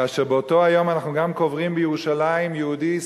כאשר באותו היום אנחנו גם קוברים בירושלים יהודי,